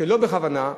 שלא בכוונה,